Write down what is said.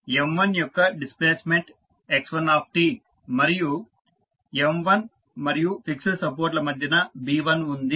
M1యొక్క displacement x1 మరియు M1 మరియు fixed support ల మధ్యన B1 ఉంది